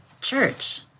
church